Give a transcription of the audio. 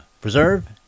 preserve